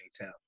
tell